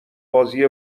بازی